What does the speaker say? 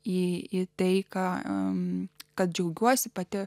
į taiką kad džiaugiuosi pati